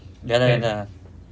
ya lah ya lah